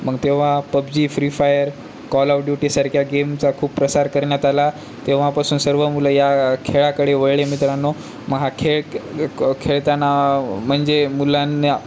मग तेव्हा PUBG Free Fire Call of Duty सारख्या गेमचा खूप प्रसार करण्यात आला तेव्हापासून सर्व मुलं या खेळाकडे वळले मित्रांनो मग हा खेळ खेळताना म्हणजे मुलांना